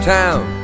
town